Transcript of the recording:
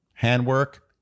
Handwork